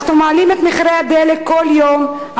אנחנו מעלים את מחירי הדלק כל יום,